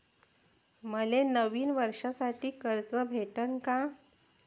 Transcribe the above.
मले नवीन वर्षासाठी कर्ज भेटन का?